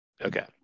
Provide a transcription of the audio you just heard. Okay